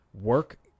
work